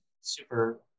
super